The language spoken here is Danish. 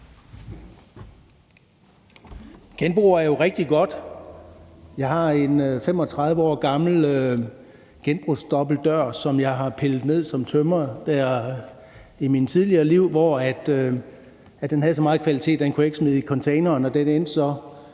Genbrug er jo rigtig godt. Jeg har en 35 år gammel genbrugsdobbeltdør, som jeg som tømrer i mit tidligere liv har pillet ned. Den havde så meget kvalitet, at jeg ikke kunne smide den i containeren,